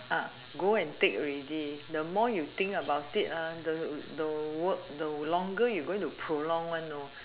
uh go and take ready the more you think about it ah the the work the longer you going to prolong one know